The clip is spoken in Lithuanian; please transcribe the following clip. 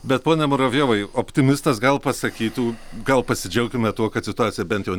bet pone muravjovai optimistas gal pasakytų gal pasidžiaukime tuo kad situacija bent jau